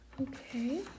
okay